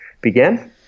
began